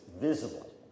visible